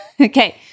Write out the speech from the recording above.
okay